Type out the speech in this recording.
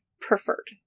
preferred